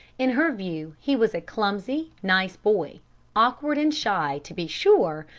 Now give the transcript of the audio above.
in her view he was a clumsy, nice boy awkward and shy, to be sure,